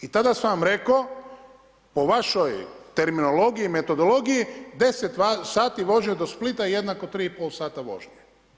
I tada sam vam rekao po vašoj terminologiji, metodologiji, 10 sati vožnje do Splita jednako 3,5 sata vožnje.